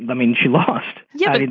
but mean, she lost. yeah.